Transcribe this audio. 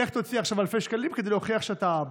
לך תוציא עכשיו אלפי שקלים כדי להוכיח שאתה האבא.